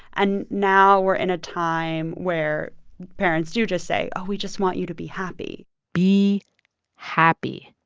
and now we're in a time where parents do just say, oh, we just want you to be happy be happy.